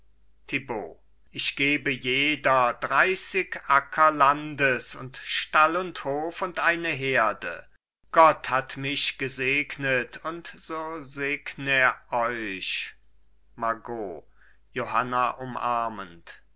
ich gebe jeder dreißig acker landes und stall und hof und eine herde gott hat mich gesegnet und so segn er euch margot johanna umarmend